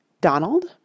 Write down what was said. Donald